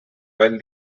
while